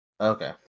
Okay